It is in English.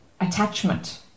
attachment